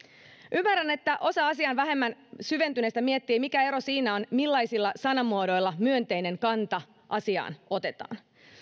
ymmärrän että osa asiaan vähemmän syventyneistä miettii mikä ero siinä on millaisilla sanamuodoilla myönteinen kanta asiaan otetaan